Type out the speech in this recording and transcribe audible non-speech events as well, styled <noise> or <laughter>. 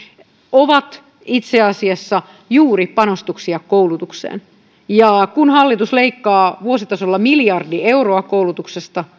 ovat itse asiassa juuri panostuksia koulutukseen ja kun hallitus leikkaa vuositasolla miljardi euroa koulutuksesta <unintelligible>